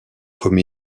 comme